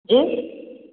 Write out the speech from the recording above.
जी